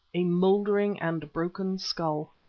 a mouldering and broken skull.